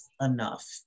enough